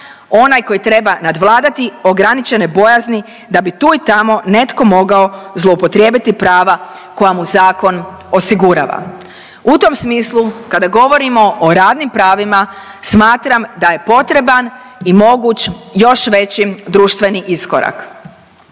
onaj koji treba nadvladati ograničene bojazni da bi tu i tamo netko mogao zloupotrijebiti prava koja mu zakon osigurava. U tom smislu, kada govorimo o radnim pravima, smatram da je potreban i moguć još veći društveni iskorak.